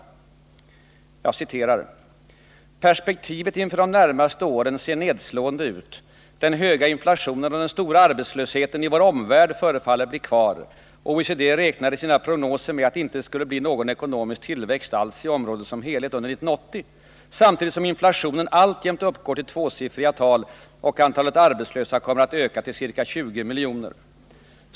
Socialdemokraterna framhåller i en motion bl.a. följande: Perspektivet inför de närmaste åren ser nedslående ut. Den höga inflationen och den stora arbetslösheten i vår omvärld förefaller bli kvar. OECD räknar i sina prognoser med att det inte skulle bli någon ekonomisk tillväxt alls i området som helhet under 1980, samtidigt som inflationen alltjämt uppgår till tvåsiffriga tal och antalet arbetslösa kommer att öka till ca 20 miljoner.